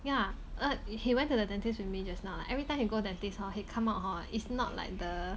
yeah uh he went to the dentist with me just now but every time he go dentist hor he come out hor is not like the